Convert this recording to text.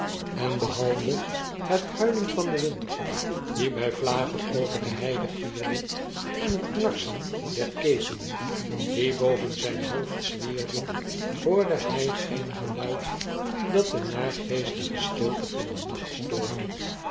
en behalve het huilen van den wind die bfl vlagen over de heide gierde en het knarsen der ketenen die boven zp hoofd zwierden hoorde hjj geen geluid datde naargeestige stilte van den nacht stoorde